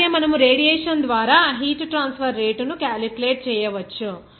అలాగే మనము రేడియేషన్ ద్వారా హీట్ ట్రాన్స్ఫర్ రేటును క్యాలిక్యులేట్ చేయవచ్చు